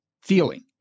feeling